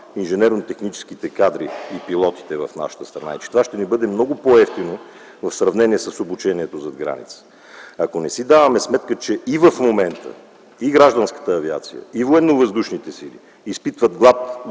инженерно-техническите кадри и пилотите в нашата страна и че това ще ни бъде много по-евтино в сравнение с обучението зад граница, ако не си даваме сметка, че в момента и гражданската авиация, и Военновъздушните сили изпитват глад